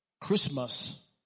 Christmas